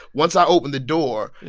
once i open the door. yeah.